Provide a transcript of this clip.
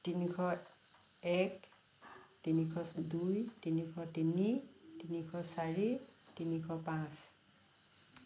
তিনিশ এক তিনিশ দুই তিনিশ তিনি তিনিশ চাৰি তিনিশ পাঁচ